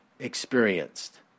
experienced